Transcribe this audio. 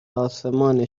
آسمان